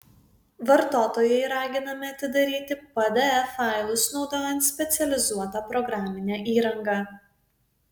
vartotojai raginami atidaryti pdf failus naudojant specializuotą programinę įrangą